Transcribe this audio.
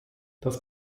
das